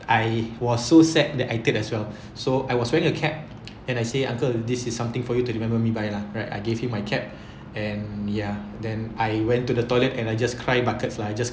I was so sad that I teared as well so I was wearing a cap and I say uncle this is something for you to remember me by lah right I gave him my cap and ya then I went to the toilet and I just cry buckets lah I just